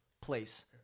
place